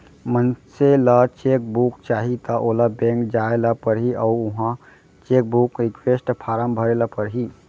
मनसे ल cheque book चाही त ओला बेंक जाय ल परही अउ उहॉं चेकबूक रिक्वेस्ट फारम भरे ल परही